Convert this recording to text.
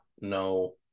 no